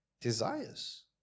desires